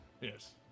Yes